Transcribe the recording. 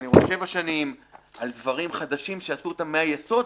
שבע שנים על דברים חדשים שעשו אותם מהיסוד.